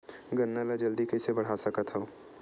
गन्ना ल जल्दी कइसे बढ़ा सकत हव?